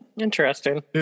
Interesting